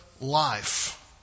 life